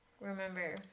Remember